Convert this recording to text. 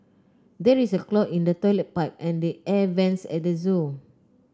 there is a clog in the toilet pipe and the air vents at the zoo